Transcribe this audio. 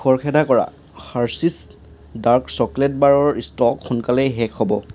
খৰখেদা কৰা Hershey's dark chocolate বাৰৰ ষ্টক সোনকালেই শেষ হ'ব